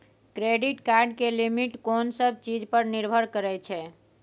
Credit card के limit कोन सब चीज पर निर्भर करै छै?